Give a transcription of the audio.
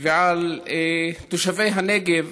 ועל תושבי הנגב.